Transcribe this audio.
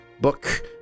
book